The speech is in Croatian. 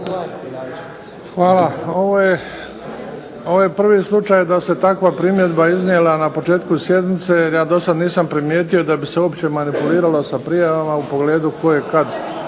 Hvala. Ovo je prvi slučaj da se takva primjedba iznijela na početku sjednice, jer ja nisam do sada primijetio da bi se uopće manipuliralo sa prijavama u pogledu tko je kada